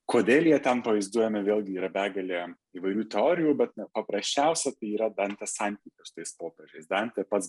kodėl jie ten pavaizduojami vėlgi yra begalė įvairių teorijų bet na paprasčiausia tai yra dantės santykis su tais popiežiais dantė pats